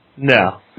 No